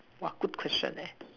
!wah! good question leh